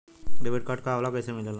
Debit card का होला कैसे मिलेला?